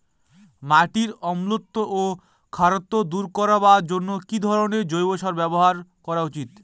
মাটির অম্লত্ব ও খারত্ব দূর করবার জন্য কি ধরণের জৈব সার ব্যাবহার করা উচিৎ?